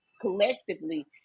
collectively